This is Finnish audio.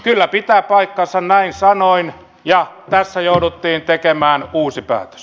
kyllä pitää paikkansa näin sanoin ja tässä jouduttiin tekemään uusi päätös